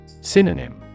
Synonym